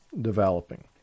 developing